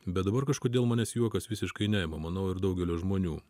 bet dabar kažkodėl manęs juokas visiškai neima manau ir daugelio žmonių